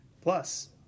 Plus